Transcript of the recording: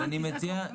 זה הכול.